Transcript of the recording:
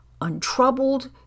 untroubled